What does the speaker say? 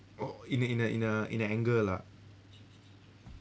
oh in a in a in a in an anger lah